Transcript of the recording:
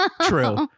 True